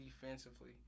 defensively